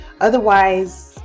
otherwise